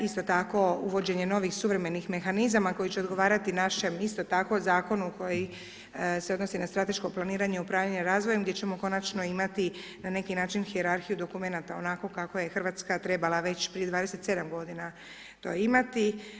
Isto tako uvođenje novih suvremenih mehanizama koji će odgovarati našem, isto tako Zakonu koji se odnosi na strateško planiranje i upravljanje razvojem gdje ćemo konačno imati, na neki način hijerarhiju dokumenata, onako kako je Hrvatska trebala već prije 27. godina to imati.